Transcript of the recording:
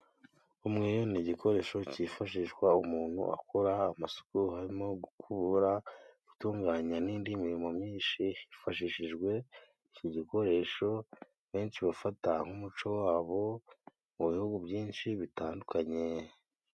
Umweyo ni igikoresho cyifashishwa umuntu akora amasuku harimo: gukubura, gutunganya, n'indi mirimo myinshi hifashishijwe iki gikoresho benshi bafata nk'umuco wabo mu bihugu byinshi bitandukanye.